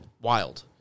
Wild